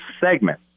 segment